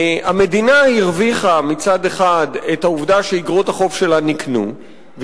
המדינה הרוויחה מצד אחד את העובדה שאיגרות החוב שלה נקנו,